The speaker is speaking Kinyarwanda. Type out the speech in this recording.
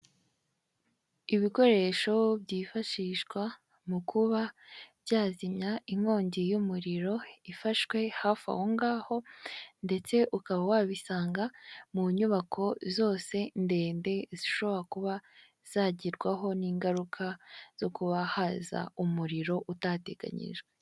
Ibikoresho byifashishwa mu kuba byazimya inkongi y'umuriro ifashwe hafi aho ngaho ndetse ukaba wabisanga mu nyubako zose ndende zishobora kuba zagerwaho n'ingaruka zo kuba haza umuriro utadiganyijwe.